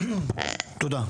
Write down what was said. תודה.